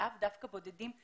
לאו דווקא בודדים,